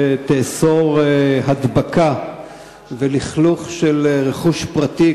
שתאסור הדבקה ולכלוך של רכוש פרטי,